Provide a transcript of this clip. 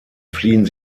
fliehen